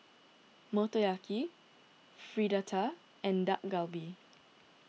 Motoyaki Fritada and Dak Galbi